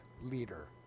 Leader